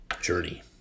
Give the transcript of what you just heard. Journey